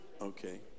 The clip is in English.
okay